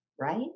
right